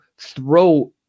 throw